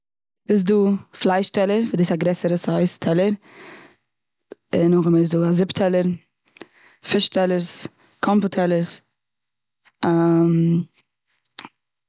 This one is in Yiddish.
ס'איז דא פלייש טעלער וואס דאס איז א גרעסער סייז טעלער. און נאכדעם איז דא א זופ טעלער, פיש טעלערס, קאמפאט טעלערס.